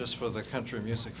just for the country music